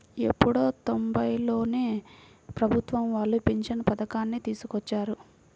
ఎప్పుడో తొంబైలలోనే ప్రభుత్వం వాళ్ళు పింఛను పథకాన్ని తీసుకొచ్చారు